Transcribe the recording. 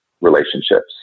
relationships